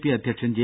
P അധ്യക്ഷൻ J